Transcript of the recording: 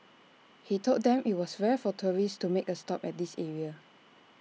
he told them that IT was rare for tourists to make A stop at this area